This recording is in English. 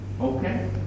Okay